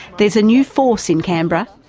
there's a new force in canberra,